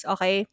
Okay